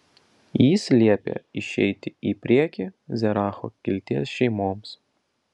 jis liepė išeiti į priekį zeracho kilties šeimoms